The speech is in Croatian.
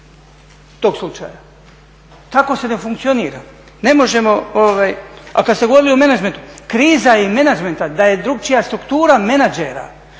tog slučaja. Tako se ne funkcionira. Ne možemo. A kad ste govorili o menadžmentu kriza je i menadžmenta da je drukčija struktura menadžera,